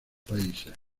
países